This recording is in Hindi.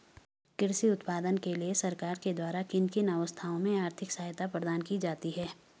कृषि उत्पादन के लिए सरकार के द्वारा किन किन अवस्थाओं में आर्थिक सहायता प्रदान की जाती है?